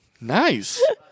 Nice